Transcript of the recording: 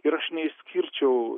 ir aš neišskirčiau